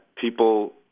people